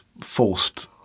forced